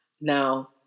Now